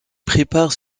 prépare